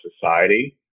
society